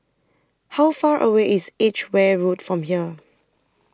How Far away IS Edgeware Road from here